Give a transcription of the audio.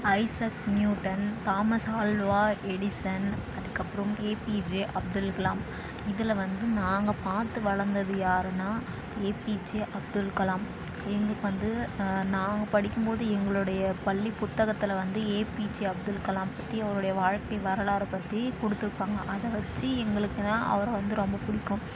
Isaac Newton Thomas Alva Edison அதுக்கப்புறம் APJ Abdul Kalam இதில் வந்து நாங்கள் பார்த்து வளர்ந்தது யார்னா ஏபிஜே அப்துல்கலாம் எங்களுக்கு வந்து நாங்கள் படிக்கும்போது எங்களுடைய பள்ளி புத்தகத்தில் வந்து ஏபிஜே அப்துல்கலாம் பற்றி அவருடைய வாழ்க்கை வரலாறை பற்றி கொடுத்துருப்பாங்க அதை வச்சு எங்களுக்கெலாம் அவரை வந்து ரொம்ப பிடிக்கும்